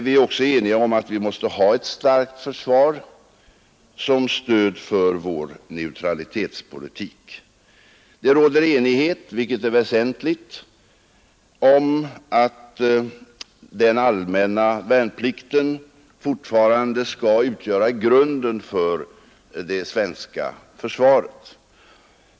Vi är också eniga om att vi måste ha ett starkt försvar som stöd för vår neutralitetspolitik. Det råder enighet, vilket är väsentligt, om att den allmänna värnplikten fortfarande skall utgöra grunden för det svenska försvaret.